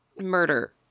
Murder